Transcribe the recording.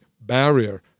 barrier